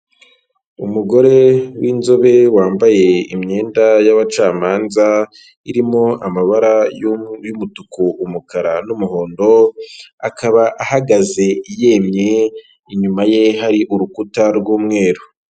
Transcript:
Umugore w'inzobe wambaye imyenda y'abacamanza, irimo amabara y'umutuku, umukara, n'umuhondo, akaba ahagaze yemye, inyuma ye hari urukuta rw'umweru.